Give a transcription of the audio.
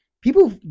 people